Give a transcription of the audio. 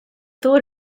thought